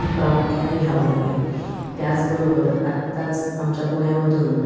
प्रामुख्याने घ्यावं लागेल त्याचबरोबर आत्ताच आमच्या पुण्यामधून